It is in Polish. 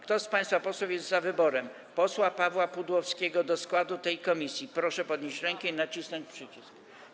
Kto z państwa posłów jest za wyborem posła Pawła Pudłowskiego do składu tej komisji, proszę podnieść rękę i nacisnąć przycisk.